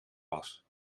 was